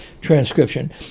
transcription